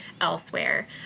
elsewhere